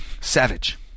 savage